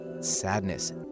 sadness